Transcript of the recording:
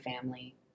family